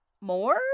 more